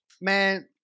man